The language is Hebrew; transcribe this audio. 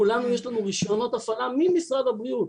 כולנו יש לנו רישיונות הפעלה ממשרד הבריאות.